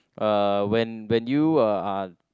uh when when you uh